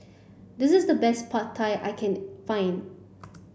this is the best Pad Thai I can find